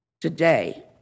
today